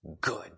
Good